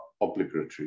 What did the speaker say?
obligatory